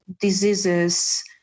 diseases